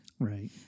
Right